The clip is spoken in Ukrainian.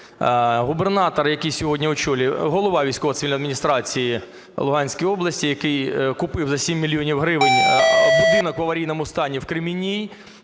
Губернатор, який сьогодні очолює, голова військово-цивільної адміністрацій Луганської області, який купив за 7 мільйонів гривень будинок в аварійному стані в Кремінній,